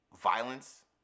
violence